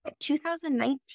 2019